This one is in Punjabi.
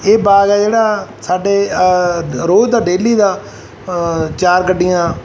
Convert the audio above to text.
ਇਹ ਬਾਗ ਆ ਜਿਹੜਾ ਸਾਡੇ ਰੋਜ਼ ਦਾ ਡੇਲੀ ਦਾ ਚਾਰ ਗੱਡੀਆਂ